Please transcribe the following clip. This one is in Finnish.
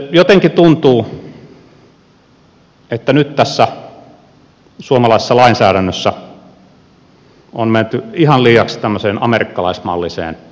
jotenkin tuntuu että nyt tässä suomalaisessa lainsäädännössä on menty ihan liiaksi tämmöiseen amerikkalaismalliseen toimintaan